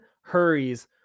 hurries